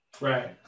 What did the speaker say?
Right